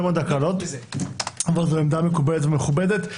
מאוד הקלות אבל זו עמדה מקובלת ומכובדת.